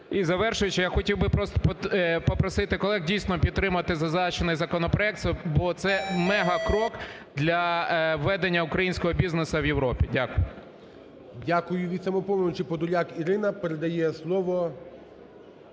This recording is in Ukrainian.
І, завершуючи, я хотів би попросити колег, дійсно, підтримати зазначений законопроект, бо це мегакрок для ведення українського бізнесу в Європі. Дякую. ГОЛОВУЮЧИЙ. Дякую. Від "Самопомочі" Подоляк Ірина, передає слово